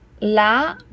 la